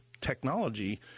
Technology